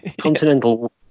continental